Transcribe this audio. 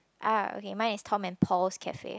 ah okay mine is Tom and Paul's Cafe